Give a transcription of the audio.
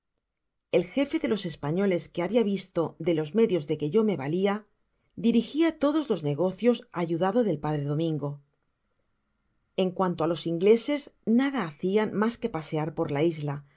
el gefe de los españoles que habia visto de los medios de que yo me valia dirigia todos los negocios ayudado del padre de domingo en cuanto á ios ingleses nada hacian mas que pasear por la isla